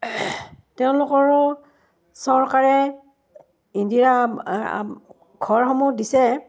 তেওঁলোকৰো চৰকাৰে ইন্দিৰা ঘৰসমূহ দিছে